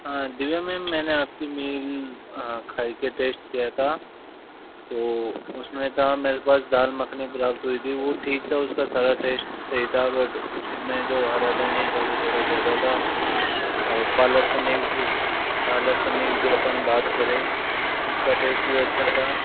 हाँ दिव्या मैम मैंने वो आपकी मील खाई के टेस्ट किया था तो उसमें था मेरे पास दाल मखनी हो रही थी वो ठीक था उसका सारा टेस्ट सही था बट उसमें जो हरा धनिया था वह थोड़ा ज़्यादा था और पालक पनीर की पालक पनीर की आपनी बात करें उसका टेस्ट भी अच्छा था